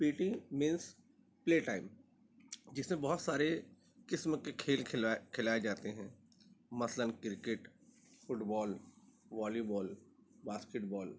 پی T means play time جس میں بہت سارے قسم کے کھیل کھلائے کھلائے جاتے ہیں مثلاً cricket football volleyball واسکٹ بال